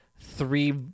three